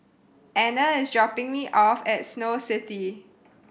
Ana is dropping me off at Snow City